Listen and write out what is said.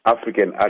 African